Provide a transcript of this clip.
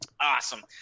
Awesome